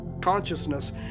consciousness